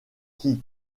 qui